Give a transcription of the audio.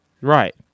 Right